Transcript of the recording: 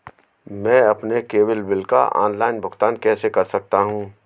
मैं अपने cable bill का ऑनलाइन भुगतान कैसे कर सकता हूं?